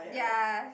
ya